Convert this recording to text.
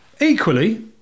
Equally